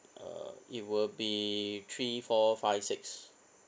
uh it will be three four five six